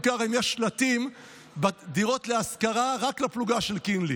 כרם יש שלטי דירות להשכרה רק לפלוגה של קינלי,